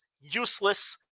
useless